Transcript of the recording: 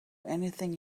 anything